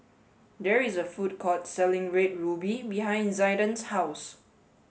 there is a food court selling red ruby behind Zaiden's house